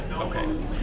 Okay